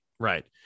Right